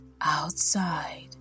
outside